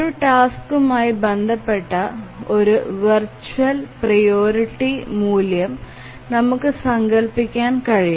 ഒരു ടാസ്കുമായി ബന്ധപ്പെട്ട ഒരു വെർച്വൽ പ്രിയോറിറ്റി മൂല്യം നമുക്ക് സങ്കല്പിക്കാൻ കഴിയും